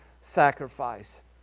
sacrifice